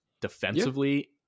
defensively